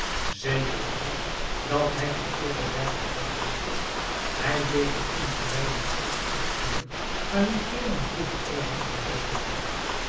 zeker was het dat hij van overwerken geen last had hij deed het onvermijdelijke op t kantoor maar liet meer dan vroeger over aan zijn personeel